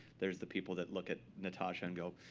there's the people that look at natasha and go,